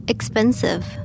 Expensive